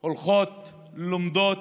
הולכות, לומדות,